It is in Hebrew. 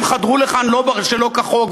הם חדרו לכאן שלא כחוק,